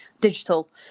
digital